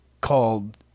called